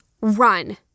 run